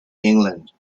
england